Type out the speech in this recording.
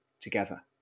together